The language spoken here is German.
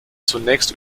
zunächst